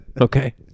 okay